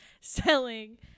selling